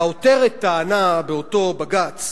והעותרת טענה באותו בג"ץ